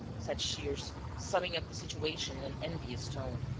said shears, summing up the situation, in an envious tone.